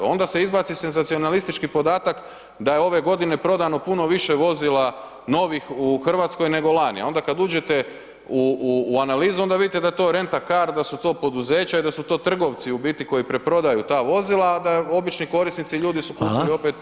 Onda se izbaci senzacionalistički podatak da je ove godine prodano puno više vozila novih u Hrvatskoj nego lani a onda kad uđete u analizu, onda vidite da je to rent a car, da su to poduzeća i da su to trgovci koji preprodaju ta vozila a da obični korisnici i ljudi su kupili ono 5 ili 10%